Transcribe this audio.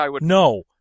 No